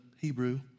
Hebrew